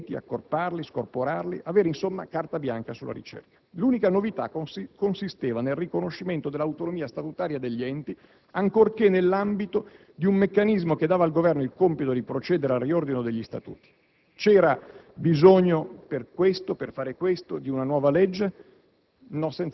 sopprimere enti, accorparli, scorporarli: avere insomma carta bianca sulla ricerca. L'unica novità consisteva nel riconoscimento dell'autonomia statutaria degli enti, ancorché nell'ambito di un meccanismo che dava al Governo il compito di procedere al riordino degli statuti. C'era bisogno per fare questo di una nuova legge?